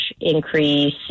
increase